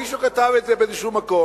מישהו כתב את זה באיזה מקום.